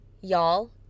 y'all